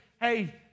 Hey